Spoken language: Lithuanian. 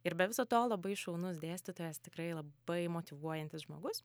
ir be viso to labai šaunus dėstytojas tikrai labai motyvuojantis žmogus